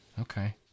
Okay